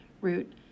route